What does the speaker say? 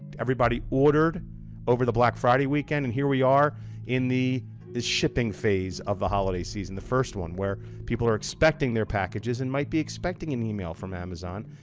everybody ordered over the black friday weekend. and here we are in the the shipping phase of the holiday season, the first one where people are expecting their packages and might be expecting an email from amazon.